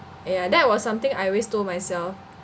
ya that was something I always told myself